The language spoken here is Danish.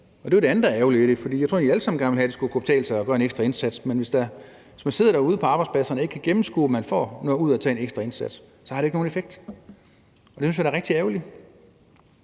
og det er jo det andet, der er ærgerligt ved det, for jeg tror egentlig, at vi alle sammen gerne vil have, at det skal kunne betale sig at gøre en ekstra indsats. Men hvis man sidder derude på arbejdspladserne og ikke kan gennemskue, om man får noget ud af at gøre en ekstra indsats, så har det ikke nogen effekt. Det synes jeg da er rigtig ærgerligt.